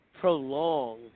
prolong